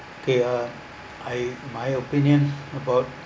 okay uh I my opinion about